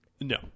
No